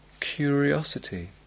Curiosity